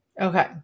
Okay